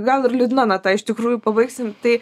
gal ir liūdna nata iš tikrųjų pabaigsim tai